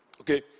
okay